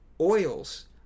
Oils